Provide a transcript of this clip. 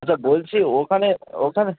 আচ্ছা বলছি ওখানে ওখানে